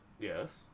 Yes